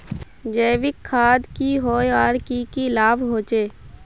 जैविक खाद की होय आर की की लाभ होचे?